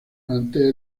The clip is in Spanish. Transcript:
ante